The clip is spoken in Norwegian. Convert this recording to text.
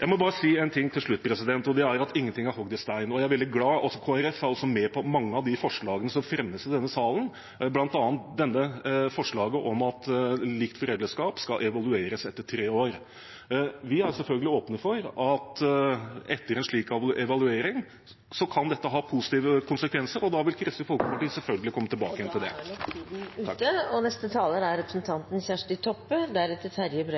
Jeg må bare si én ting til slutt, og det er at ingenting er hogd i stein. Kristelig Folkeparti er også med på mange av de forslagene som fremmes i denne salen, bl.a. forslaget om at likt foreldreskap skal evalueres etter tre år. Vi er selvfølgelig åpne for at man etter en slik evaluering vil se at dette kan ha positive konsekvenser, og da vil Kristelig Folkeparti selvfølgelig komme tilbake til